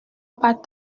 pas